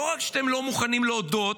לא רק שאתם לא מוכנים להודות,